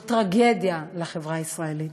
זו טרגדיה לחברה הישראלית.